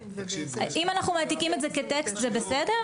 אם אנחנו מעתיקים את זה כטקסט זה בסדר?